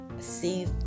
see